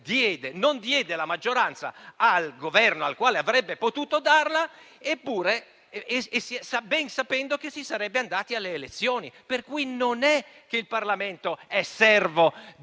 non diede la maggioranza al Governo al quale avrebbe potuto darla, ben sapendo che si sarebbe andati alle elezioni. Pertanto il Parlamento non è servo